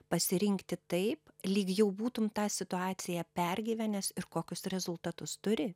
pasirinkti taip lyg jau būtum tą situaciją pergyvenęs ir kokius rezultatus turi